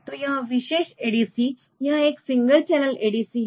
तो यह विशेष ADC यह एक सिंगलचैनल ADC है